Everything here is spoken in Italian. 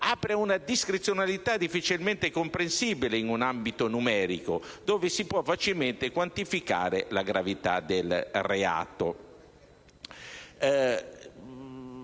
apre una discrezionalità difficilmente comprensibile in un ambito numerico, dove si può facilmente quantificare la gravità del reato.